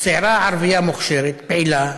צעירה ערבייה מוכשרת, פעילה,